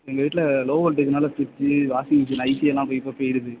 எங்கள் வீட்டில் லோ வோல்டேஜ்னால் ஃப்ரிட்ஜி வாஷிங் மெஷின் ஐசி எல்லாம் அப்போ அப்போ போய்விடுது